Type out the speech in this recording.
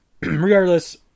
regardless